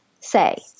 say